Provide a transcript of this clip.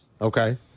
Okay